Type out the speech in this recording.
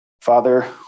Father